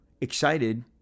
excited